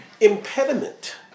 impediment